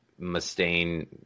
Mustaine